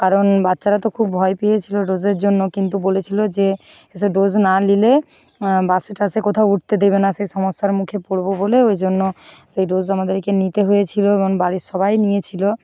কারণ বাচ্চারা তো খুব ভয় পেয়েছিলো ডোসের জন্য কিন্তু বলেছিলো যে এসব ডোস না নিলে বাসে টাসে কোথাও উঠতে দেবে না সেই সমস্যার মুখে পড়বো বলে ওই জন্য সেই ডোস আমাদেরকে নিতে হয়েছিলো এবং বাড়ির সবাই নিয়েছিলো